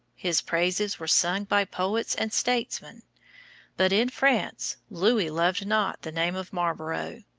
his praises were sung by poets and statesmen but in france louis loved not the name of marlborough,